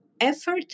effort